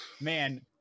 man